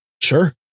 Sure